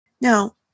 Now